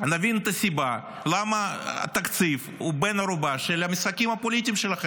כדי שנבין את הסיבה למה התקציב הוא בן ערובה של המשחקים הפוליטיים שלכם.